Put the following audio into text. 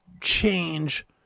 change